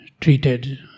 treated